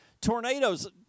tornadoes